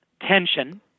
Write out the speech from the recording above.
tension